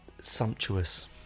sumptuous